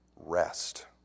rest